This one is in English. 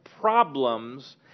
problems